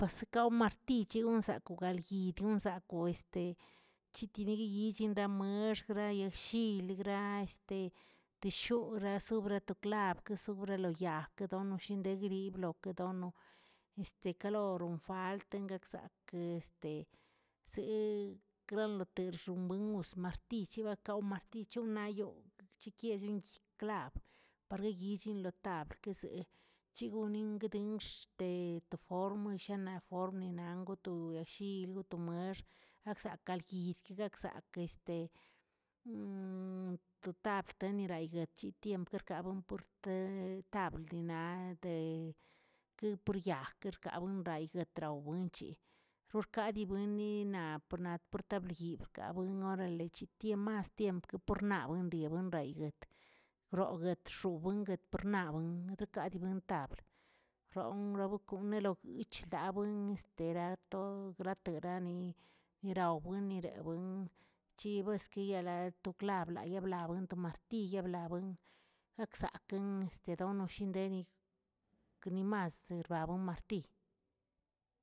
Zekao martiy chewonzakoꞌo galyidyon zakoꞌo este chitiniyiyin chindamaxə grayashiil graa este te shoraꞌ sobra to klab, ke sobre lo yag, ke shondenogriblo, quedono este kaloron falt gakzaꞌkeə este, see granlotexobuenus martiy chebekaw martiy chonayogꞌ, chikiegchiꞌklab parryichin lo tabləkə zee chigunidingkex̱ de to formshanaꞌa formnangotou yashil goto meax akzagalyid gakzak este total ten daygachit timpr kerkabuen de tablə ni naꞌlə de pur yaglə kerkawen rayguetrawbuenchi rorkadi buenninaꞌ pornaꞌ portabli yibrkabuen orale chitiem mas tiempo ke por nabꞌə rebuen rebuegaytꞌ, roguetxobuenguet pernabuen rkadibuen tablə bron probokunleo kwich dlaabuen este grato grato rani yirawbuen yirawbueni chibuesqui yalatꞌ to klab yalabla kon to martiyaꞌ la buen, ksakꞌeng este dedonshineguigꞌ gnimas rabuen martiy.